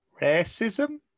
Racism